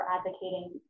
advocating